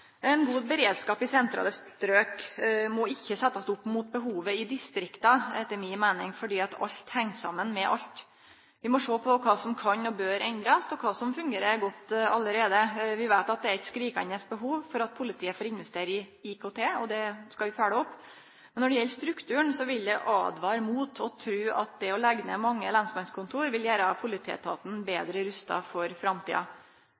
Ein god beredskap i sentrale strøk må ikkje setjast opp mot behovet i distrikta, etter mi meining, fordi alt heng saman med alt. Vi må sjå på kva som kan og bør endrast, og kva som fungerer godt allereie. Vi veit at det er eit skrikande behov for at politiet får investere i IKT, og det skal vi følgje opp. Når det gjeld strukturen, vil eg åtvare mot å tru at det å leggje ned mange lensmannskontor vil gjere politietaten betre rusta for framtida.